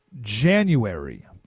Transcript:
January